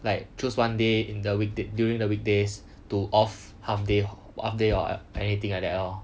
like choose one day in the weekday~ during the weekdays to off half day half day or anything like that lor